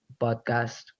podcast